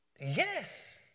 Yes